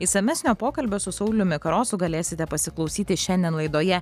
išsamesnio pokalbio su sauliumi karosu galėsite pasiklausyti šiandien laidoje